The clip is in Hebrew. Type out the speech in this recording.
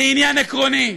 זה עניין עקרוני.